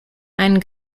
einen